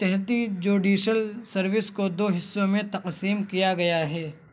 تحتی judicial service کو دو حصوں میں تقسیم کیا گیا ہے